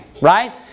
Right